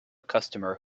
customer